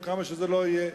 או כמה שזה לא יהיה,